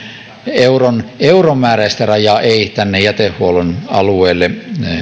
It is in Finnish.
euron euromääräistä rajaa ei tänne jätehuollon alueelle